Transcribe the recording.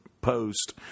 post